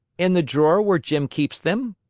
in the drawer where jim keeps them.